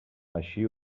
així